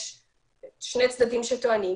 יש שני צדדים שטוענים,